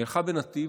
היא הלכה בנתיב,